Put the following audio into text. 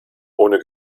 ohne